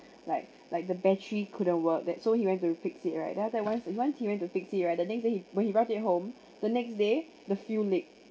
like like the battery couldn't work that so he went to fix it right then after that once once he went to fix it right the next day he when he brought it home the next day the fuel leak